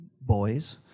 boys